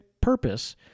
purpose